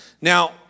Now